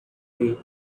way